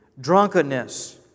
drunkenness